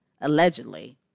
Allegedly